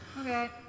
Okay